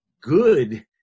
good